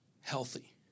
healthy